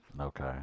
Okay